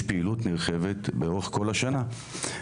יש פעילות נרחבת לאורך כל השנה.